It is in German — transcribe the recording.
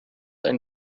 ein